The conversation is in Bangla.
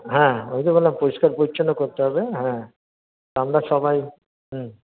হ্যাঁ ওই তো বললাম পরিষ্কার পরিচ্ছন্ন করতে হবে হ্যাঁ আমরা সবাই হুম